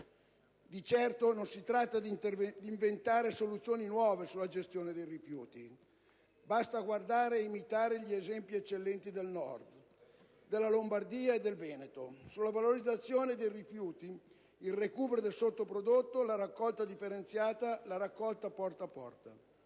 Di certo non si tratta di inventare soluzioni nuove sulla gestione dei rifiuti. Basta guardare e imitare gli esempi eccellenti del Nord, della Lombardia e del Veneto, sulla valorizzazione dei rifiuti, il recupero dei sottoprodotti, la raccolta differenziata e la raccolta porta a porta.